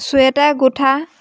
sweater গোঁঠা